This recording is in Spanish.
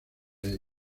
ella